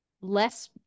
less